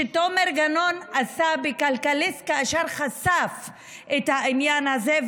שתומר גנון עשה בכלכליסט כאשר חשף את העניין הזה,